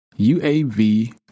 UAV